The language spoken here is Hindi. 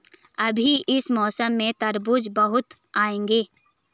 अभी इस मौसम में तरबूज बहुत आएंगे